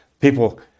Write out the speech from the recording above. people